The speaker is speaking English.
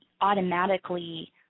automatically